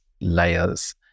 layers